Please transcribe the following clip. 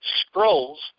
scrolls